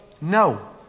No